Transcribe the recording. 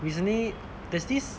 recently there's this